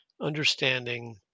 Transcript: understanding